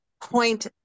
point